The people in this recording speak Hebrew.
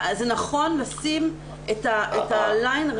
זה נכון לשים את הליין רק עבורה.